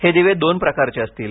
हे दिवे दोन प्रकारचे असतील